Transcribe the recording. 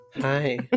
Hi